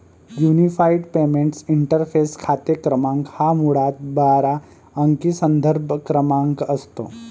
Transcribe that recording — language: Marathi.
युनिफाइड पेमेंट्स इंटरफेस खाते क्रमांक हा मुळात बारा अंकी संदर्भ क्रमांक असतो